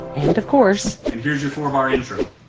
and of course. and here's your four-bar intro